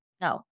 No